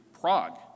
Prague